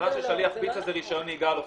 הכשרה של שליח פיצה זה רישיון נהיגה על אופנוע,